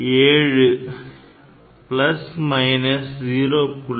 67 plus minus 0